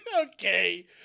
Okay